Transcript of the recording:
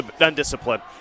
undisciplined